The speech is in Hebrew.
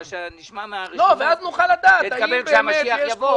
בגלל שהיה נשמע מהרשימה שנקבל כשהמשיח יבוא.